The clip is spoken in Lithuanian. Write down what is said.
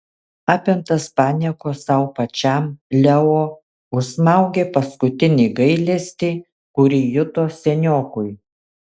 apimtas paniekos sau pačiam leo užsmaugė paskutinį gailestį kurį juto seniokui